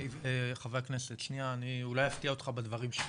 חבר הכנסת, שניה, אני אולי אפתיע אותך בדברים שלי.